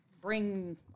bring